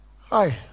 Hi